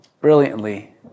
brilliantly